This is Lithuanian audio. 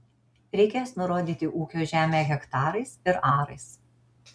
reikės nurodyti ūkio žemę hektarais ir arais